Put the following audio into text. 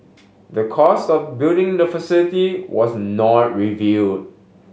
the cost of building the facility was not reveal